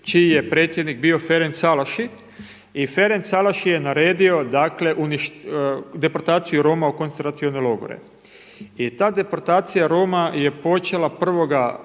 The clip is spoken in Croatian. čiji je predsjednik bio Ferenc Szalasi i Ferenc Szalasi je naredio dakle deportaciju Roma u koncentracione logore. I ta deportacija Roma je počela 1.